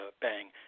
bang